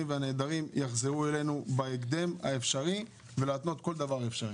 והנעדרים יחזרו אלינו בהקדם האפשרי ולהתנות כל דבר אפשרי.